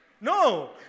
No